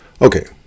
Okay